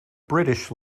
british